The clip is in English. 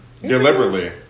Deliberately